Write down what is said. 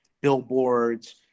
billboards